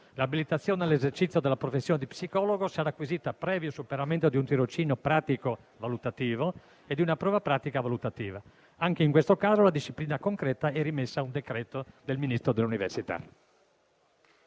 L'abilitazione all'esercizio della professione di psicologo sarà acquisita previo superamento di un tirocinio pratico valutativo e di una prova pratica valutativa. Anche in questo caso la disciplina concreta è rimessa al decreto del Ministro dell'università.